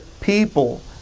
people